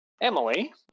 Emily